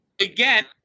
again